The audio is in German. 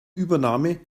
übernahme